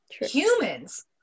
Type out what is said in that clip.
Humans